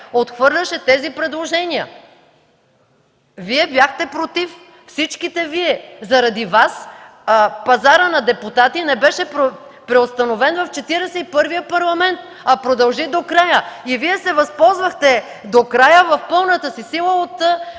отхвърляше тези предложения. Вие бяхте „против”, всички Вие! Заради Вас пазарът на депутати не беше преустановен в Четиридесет и първия Парламент, а продължи до края и Вие се възползвахте до края в пълната си сила от